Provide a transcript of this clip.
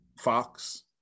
Fox